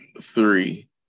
Three